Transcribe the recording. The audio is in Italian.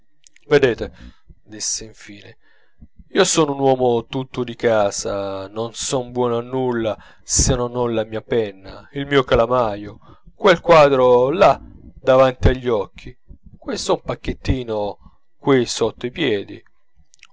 vedete disse in fine io sono un uomo tutto di casa non son buono a nulla se non ho la mia penna il mio calamaio quel quadro là davanti agli occhi questo panchettino qui sotto i piedi